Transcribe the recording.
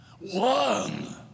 one